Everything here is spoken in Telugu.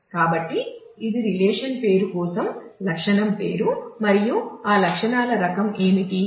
కాబట్టి ఇది రిలేషన్ పేరు కోసం లక్షణం పేరు మరియు ఆ లక్షణాల రకం ఏమిటి